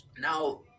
Now